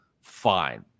fine